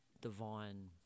divine